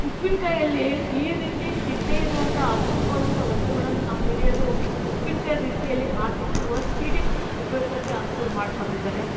ಉಪ್ಪಿನಕಾಯಿಯಲ್ಲಿ ಈ ರೀತಿ ಸಿಗದೆ ಇರೋವಂಥ ಅಪರೂಪವಾದಂಥ ವಸ್ತುಗಳನ್ನು ನಮ್ಮ ಹಿರಿಯರು ಉಪ್ಪಿನಕಾಯಿ ರೀತಿಯಲ್ಲಿ ಹಾಕಿಟ್ಟು ವರ್ಷವಿಡೀ ಉಪಯೋಗಿಸಕ್ಕೆ ಅನುಕೂಲ ಮಾಡಿಕೊಟ್ಟಿದ್ದಾರೆ